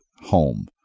home